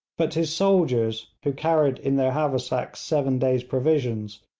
but his soldiers, who carried in their haversacks seven days' provisions,